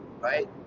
right